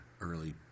early